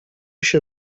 się